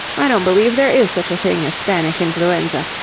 i don't believe there is such a thing as spanish influenza.